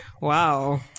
Wow